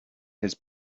his